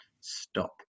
stop